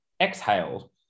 exhaled